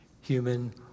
HUMAN